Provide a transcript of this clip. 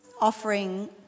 offering